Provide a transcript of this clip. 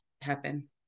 happen